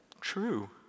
True